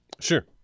Sure